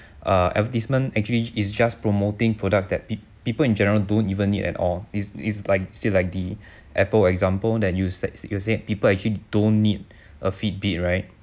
uh advertisement actually is just promoting product that peop~ people in general don't even need at all is is like say like the apple example that you said you said people actually don't need a fitbit right